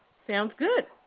sounds good.